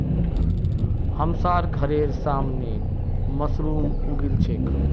हमसार घरेर सामने मशरूम उगील छेक